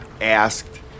asked